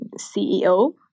CEO